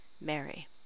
Mary